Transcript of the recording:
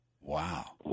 Wow